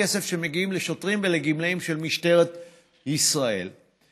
אני רוצה להודות בכלל למשטרת ישראל על הנשיאה